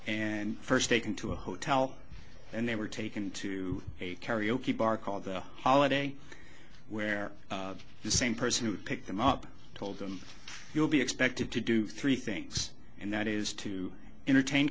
and first taken to a hotel and they were taken to a karaoke bar called the holiday where the same person who picked them up told them you'll be expected to do three things and that is to entertain